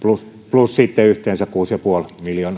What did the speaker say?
plus sitten yhteensä kuusi pilkku viisi miljoonaa euroa